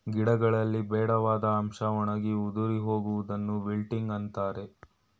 ಗಿಡಗಳಲ್ಲಿ ಬೇಡವಾದ ಅಂಶ ಒಣಗಿ ಉದುರಿ ಹೋಗುವುದನ್ನು ವಿಲ್ಟಿಂಗ್ ಅಂತರೆ